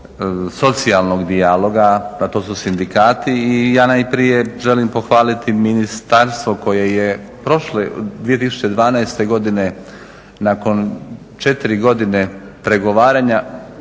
socijalnog dijaloga a to su sindikati i ja najprije želim pohvaliti ministarstvo koje je prošle, 2012. godine nakon 4 godine pregovaranja